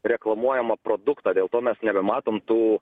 reklamuojamą produktą dėl to mes nebematom tų